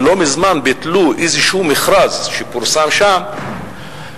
ולא מזמן ביטלו איזשהו מכרז שפורסם שם,